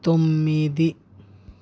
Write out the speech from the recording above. తొమ్మిది